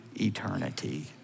eternity